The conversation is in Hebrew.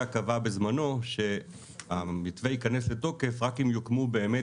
קבעה בזמנו שהמתווה יכנס לתוקף רק אם יוקמו באמת,